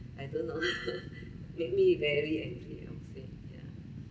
I don't know make me very angry lah honestly ya